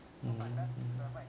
mm